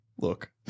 look